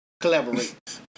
Collaborate